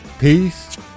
peace